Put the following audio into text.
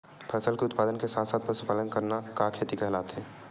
फसल के उत्पादन के साथ साथ पशुपालन करना का खेती कहलाथे?